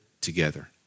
together